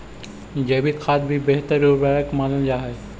जैविक खाद भी बेहतर उर्वरक मानल जा हई